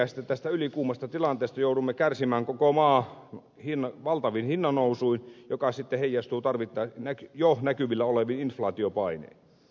sitten tästä ylikuumasta tilanteesta joudumme kärsimään koko maa valtavin hinnannousuin mikä sitten heijastuu jo näkyvillä olevin inflaatiopainein